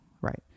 Right